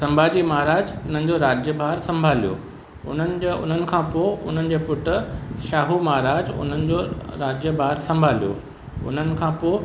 संभाजी महाराज हिननि जो राज्यभार संभालियो उन्हनि जो उन्हनि खां पोइ उन्हनि जे पुटु शाहू महाराज उननि जो राज्यभार संभालियो उन्हनि खां पोइ